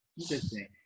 Interesting